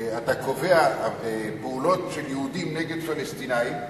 אתה קובע פעולות של יהודים נגד פלסטינים.